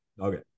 okay